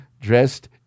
Dressed